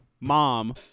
mom